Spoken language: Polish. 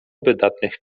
wydatnych